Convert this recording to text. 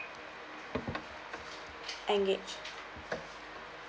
engage